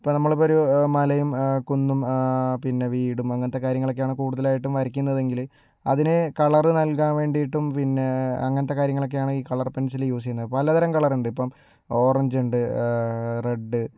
ഇപ്പോൾ നമ്മൾ ഇപ്പോൾ ഒരു മലയും കുന്നും പിന്നെ വീടും അങ്ങനത്തെ കാര്യങ്ങളാണ് കൂടുതലായിട്ടും വരക്കുന്നത് എങ്കില് അതിന് കളർ നൽകാൻ വേണ്ടിട്ടും പിന്നെ അങ്ങനത്തെ കാര്യങ്ങളൊക്കെയാണ് ഈ കളർ പെൻസിൽ യൂസ് ചെയ്യുന്നത് പലതരം കളർ ഉണ്ട് ഇപ്പം ഓറഞ്ചുണ്ട് റെഡ്